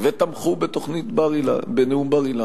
ותמכו בנאום בר-אילן.